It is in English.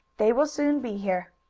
they will soon be here.